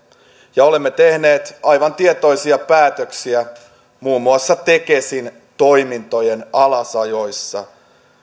ja olemme tehneet aivan tietoisia päätöksiä muun muassa tekesin toimintojen alasajoissa